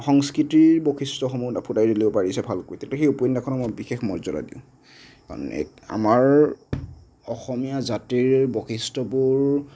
সংস্কৃতিৰ বৈশিষ্ট্যসমূহ ফুটাই তুলিব পাৰিছে ভালকৈ তেতিয়া সেই উপন্যাসখনক মই বিশেষ মৰ্যদা দিওঁ আমাৰ অসমীয়া জাতিৰ বৈশিষ্ট্যবোৰ